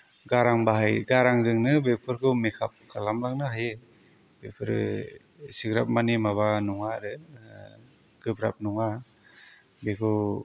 गाराम बाहाय गारांजोंनो बेफोरखौ मेकआप खालामलांनो हायो बेफोरो इसेग्राब माने माबा नङा आरो गोब्राब नङा बेखौ